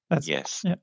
Yes